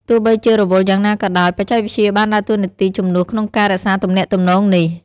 ទោះបីជារវល់យ៉ាងណាក៏ដោយ បច្ចេកវិទ្យាបានដើរតួនាទីជំនួសក្នុងការរក្សាទំនាក់ទំនងនេះ។